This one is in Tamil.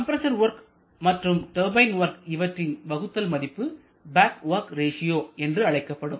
கம்பரசர் வொர்க் மற்றும் டர்பைன் வொர்க் இவற்றின் வகுத்தல் மதிப்பு பேக் வொர்க் ரேசியோ என்றழைக்கப்படும்